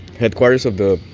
headquarters of the